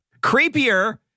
creepier